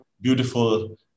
beautiful